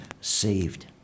saved